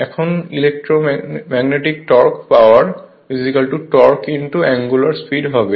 এখন electromagnetic torque power torque angular speed হবে